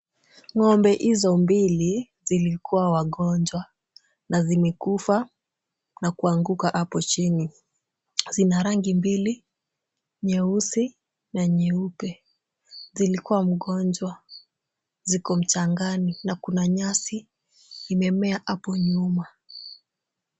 Ngombe hizo mbili zilikuwa wagonjwa na zimekufa na kuanguka hapo chini. Zina rangi mbili, nyeusi na nyeupe. Zilikuwa mgonjwa, ziko mchangani na kuna nyasi imemea hapo nyuma.